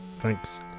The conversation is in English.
Thanks